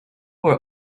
were